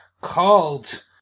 called